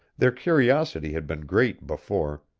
their curiosity had been great before,